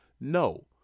No